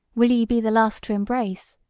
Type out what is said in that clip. will ye be the last to embrace,